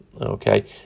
Okay